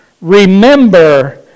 remember